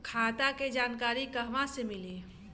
खाता के जानकारी कहवा से मिली?